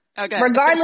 regardless